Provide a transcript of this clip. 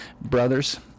brothers